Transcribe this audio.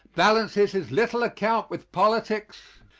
balances his little account with politics,